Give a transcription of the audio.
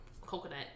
coconut